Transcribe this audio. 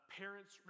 parents